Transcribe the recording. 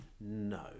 No